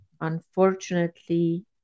unfortunately